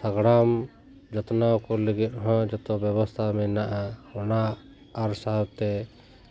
ᱥᱟᱜᱽᱲᱚᱢ ᱡᱚᱛᱱᱚ ᱠᱚ ᱞᱟᱹᱜᱤᱫ ᱦᱚᱸ ᱡᱚᱛᱚ ᱵᱮᱵᱚᱥᱛᱟ ᱢᱮᱱᱟᱜᱼᱟ ᱚᱱᱟ ᱟᱨ ᱥᱟᱶᱛᱮ